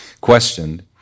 questioned